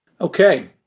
Okay